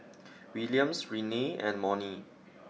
Williams Renea and Monnie